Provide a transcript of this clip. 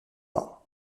pas